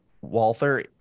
walther